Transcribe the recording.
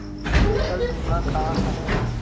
फसल बीमा का हरय?